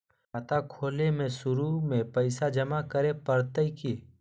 खाता खोले में शुरू में पैसो जमा करे पड़तई की?